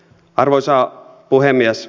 arvoisa puhemies